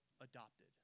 adopted